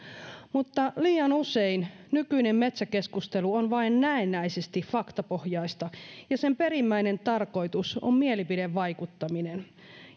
mutta liian usein nykyinen metsäkeskustelu on vain näennäisesti faktapohjaista ja sen perimmäinen tarkoitus on mielipidevaikuttaminen